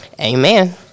Amen